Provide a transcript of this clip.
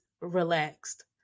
relaxed